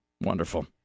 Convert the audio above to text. Wonderful